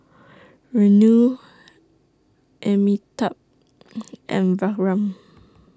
Renu Amitabh and Vikram